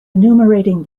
enumerating